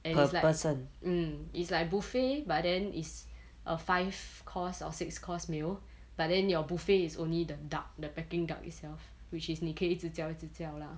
and it's like um it's like buffet but then it's a five course or six course meal but then your buffet is only the duck the peking duck itself which is 你可以一直叫一直叫 lah